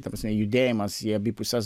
ta prasme judėjimas į abi puses